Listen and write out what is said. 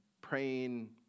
praying